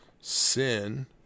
Sin